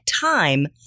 time